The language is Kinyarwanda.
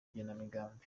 igenamigambi